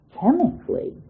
Chemically